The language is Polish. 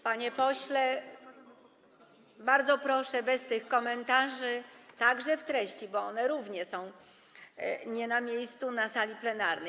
Panie pośle, bardzo proszę bez tych komentarzy, także w treści, bo one są równie nie na miejscu na sali plenarnej.